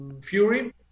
Fury